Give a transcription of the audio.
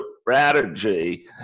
strategy